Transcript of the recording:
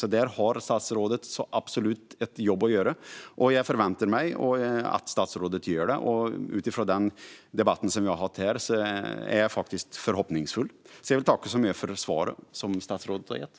Där har alltså statsrådet absolut ett jobb att göra, och jag förväntar mig att statsrådet gör det. Utifrån den debatt vi har haft här är jag faktiskt förhoppningsfull. Jag vill tacka så mycket för statsrådets svar.